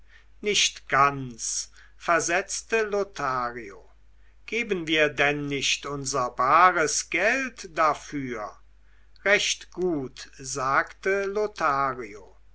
nicht ganz versetzte lothario geben wir denn nicht unser bares geld dafür recht gut sagte lothario